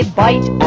bite